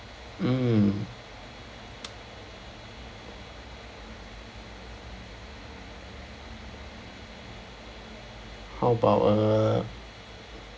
mm how about uh